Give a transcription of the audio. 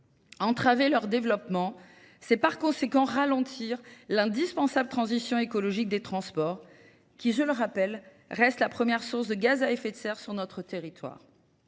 Entraver leur développement, c'est par conséquent ralentir l'indispensable transition écologique des transports qui, je le rappelle, reste la première source de gaz à effet de serre sur notre territoire.